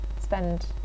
spend